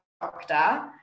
doctor